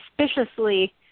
suspiciously